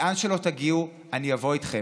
לאן שלא תגיעו, אני אבוא איתכם.